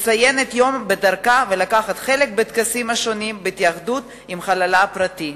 לציין את היום בדרכה ולקחת חלק בטקסים השונים בהתייחדות עם חללה הפרטי.